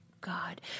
God